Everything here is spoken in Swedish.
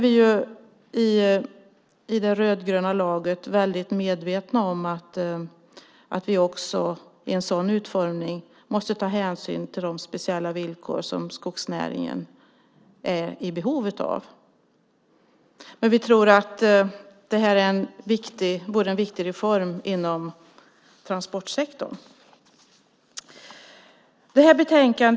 Vi i det rödgröna laget är väldigt medvetna om att vi i en sådan utformning måste ta hänsyn till de speciella villkor som skogsnäringen är i behov av, men vi tror att det här vore en viktig reform inom transportsektorn. Herr talman!